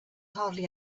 hardly